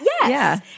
Yes